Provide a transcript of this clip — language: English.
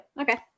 Okay